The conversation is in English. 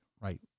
Right